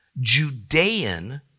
Judean